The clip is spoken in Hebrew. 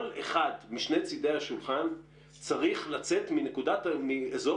כל אחד משני צדי השולחן צריך לצאת מאזור